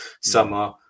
summer